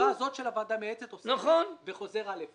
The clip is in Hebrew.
הישיבה הזאת של הוועדה המייעצת עוסקת בחוזר א'.